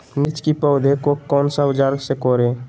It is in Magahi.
मिर्च की पौधे को कौन सा औजार से कोरे?